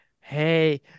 hey